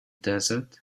desert